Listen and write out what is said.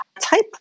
Type